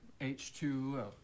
H2O